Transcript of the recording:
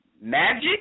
magic